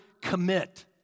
commit